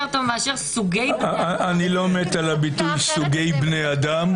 אני לא מת על הביטוי סוגי בני אדם,